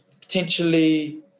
potentially